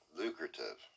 lucrative